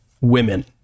women